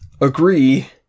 Agree